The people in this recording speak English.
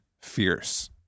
fierce